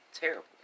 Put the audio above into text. terrible